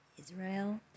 Israel